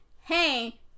hey